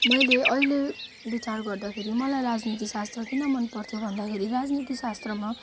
मैले अहिले विचार गर्दाखेरि मलाई राजनीति शास्त्र किन मन पर्थ्यो भन्दाखेरि राजनीति शास्त्रमा